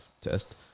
test